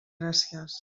gràcies